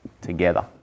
together